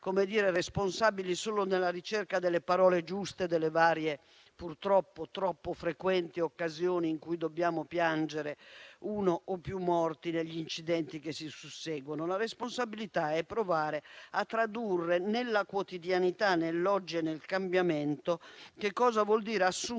essere responsabili solo nella ricerca delle parole giuste nelle purtroppo frequenti occasioni in cui dobbiamo piangere uno o più morti negli incidenti che si susseguono. La responsabilità è provare a tradurre nella quotidianità, nell'oggi e nel cambiamento cosa vuol dire assumere